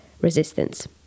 resistance